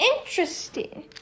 interesting